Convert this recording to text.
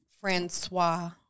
Francois